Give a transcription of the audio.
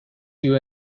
you